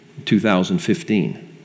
2015